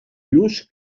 lluç